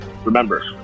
Remember